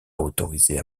autorisés